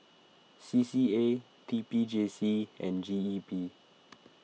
C C A T P J C and G E P